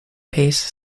pace